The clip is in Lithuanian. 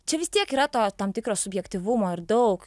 čia vis tiek yra to tam tikro subjektyvumo ir daug